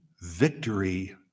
Victory